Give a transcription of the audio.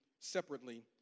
separately